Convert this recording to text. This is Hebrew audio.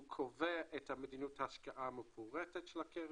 היא קובעת את מדיניות ההשקעה המפורטת של הקרן,